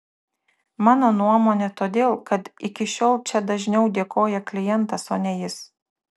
mano nuomone todėl kad iki šiol čia dažniau dėkoja klientas o ne jis